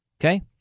Okay